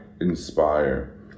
inspire